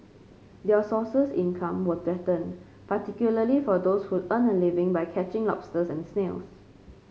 their sources income were threatened particularly for those who earn a living by catching lobsters and snails